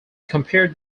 compare